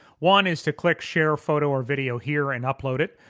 one is to click share photo or video here and upload it.